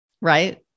right